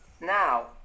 Now